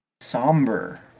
somber